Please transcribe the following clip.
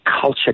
culture